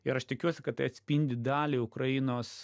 ir aš tikiuosi kad tai atspindi dalį ukrainos